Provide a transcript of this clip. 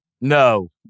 No